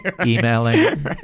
emailing